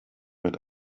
mit